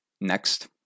next